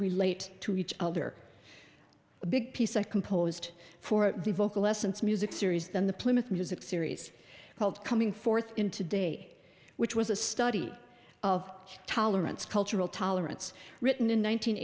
relate to each other a big piece i composed for the vocal essence music series then the plymouth music series called coming forth in today which was a study of tolerance cultural tolerance written in